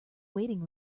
waiting